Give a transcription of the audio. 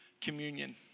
communion